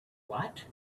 what